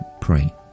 pray